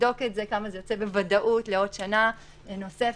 אבדוק כמה זה יוצא בוודאות לעוד שנה נוספת.